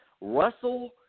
Russell –